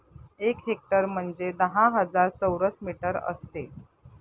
एक हेक्टर म्हणजे दहा हजार चौरस मीटर असते